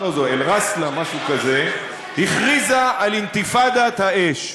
אל ראסלה משהו כזה, הכריזה על אינתיפאדת האש.